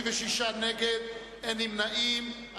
36 נגד, אין נמנעים.